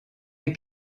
est